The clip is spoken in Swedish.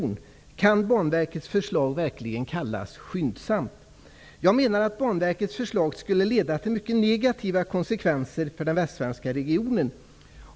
Kan man när det gäller Banverkets förslag verkligen tala om Jag menar att Banverkets förslag skulle få mycket negativa konsekvenser för den västsvenska regionen.